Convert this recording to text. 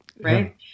right